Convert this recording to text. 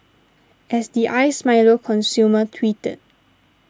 as the Iced Milo consumer tweeted